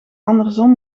andersom